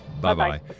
Bye-bye